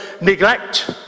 neglect